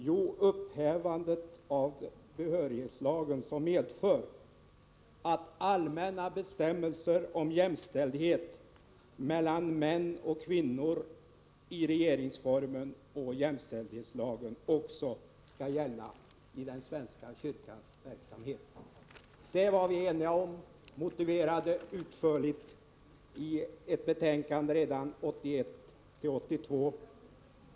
Jo, upphävandet av behörighetslagen, vilket medför att allmänna bestämmelser i regeringsformen och jämställdhetslagen om jämställdhet mellan män och kvinnor också skall gälla i svenska kyrkans verksamhet. Det var vi eniga om och motiverade det utförligt i ett betänkande redan 1981/82.